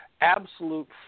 absolute